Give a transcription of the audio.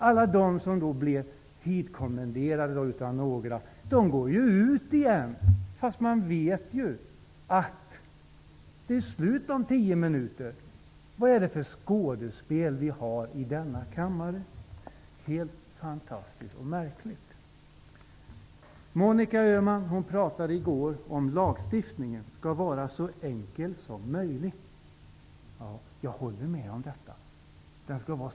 Alla som blivit ditkommenderade av några går ut igen, fastän man vet att sammanträdet är slut om 10 minuter. Vad är det för skådespel i denna kammare? Helt fantastiskt och märkligt! Monica Öhman talade i går om att lagstiftningen skall vara så enkel som möjligt. Jag håller med om det.